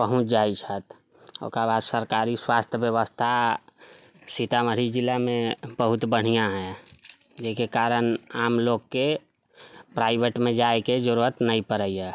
पहुँच जाइ छथि ओकरा बाद सरकारी स्वास्थ्य व्यवस्था सीतामढ़ी जिलामे बहुत बढ़िऑं है जेहिके कारण आम लोकके प्राइवेटमे जाइके जरुरत नहि पड़ैया